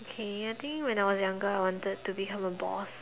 okay I think when I was younger I wanted to become a boss